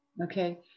okay